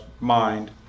mind